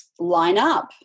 lineup